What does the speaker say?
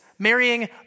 marrying